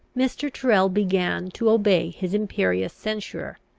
mr. tyrrel began to obey his imperious censurer.